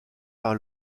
par